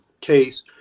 case